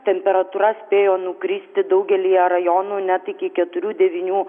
temperatūra spėjo nukristi daugelyje rajonų net iki keturių devynių